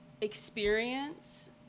experience